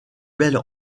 belle